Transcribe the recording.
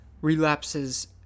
relapses